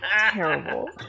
Terrible